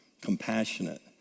compassionate